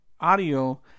audio